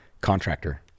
contractor